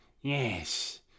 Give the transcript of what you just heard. Yes